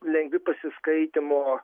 lengvi pasiskaitymo